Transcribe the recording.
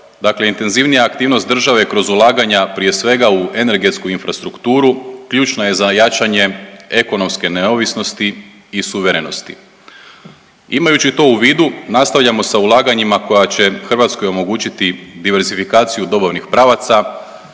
dakle intenzivnija aktivnost države kroz ulaganja, prije svega u energetsku infrastrukturu ključno je za jačanje ekonomske neovisnosti i suverenosti. Imajući to u vidu nastavljamo sa ulaganjima koja će Hrvatskoj omogućiti diversifikaciju dobavnih pravaca,